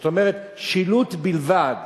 זאת אומרת, שילוט בלבד